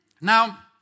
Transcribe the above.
Now